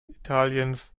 italiens